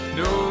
no